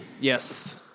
Yes